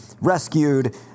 rescued